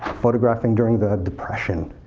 photographing during the depression